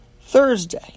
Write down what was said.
Thursday